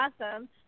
awesome